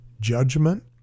judgment